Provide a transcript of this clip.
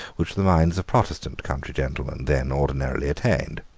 which the minds of protestant country gentlemen then ordinarily attained.